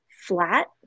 flat